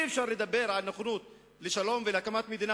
אי-אפשר לדבר על נכונות לשלום ולהקמת מדינה